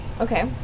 Okay